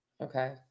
Okay